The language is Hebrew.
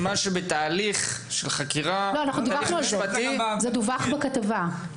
מה שנמצא בתהליך של חקירה משפטית --- זה דווח בכתבה,